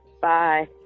Bye